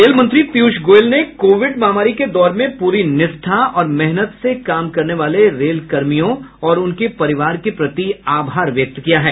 rail मंत्री पीयूष गोयल ने Covid महामारी के दौर में पूरी निष्ठा और मेहनत से काम करने वाले रेलकर्मियों और उनके परिवार के प्रति आभार व्यक्त किया है